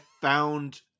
found